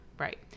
Right